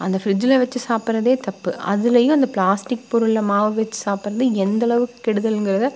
அந்த ஃப்ரிட்ஜில் வெச்சு சாப்புடுறதே தப்பு அதுலேயும் அந்த பிளாஸ்டிக் பொருளில் மாவை வெச்சு சாப்புடுறது எந்தளவுக்கு கெடுதலுங்கிறதை